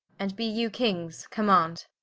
and be you kings, command,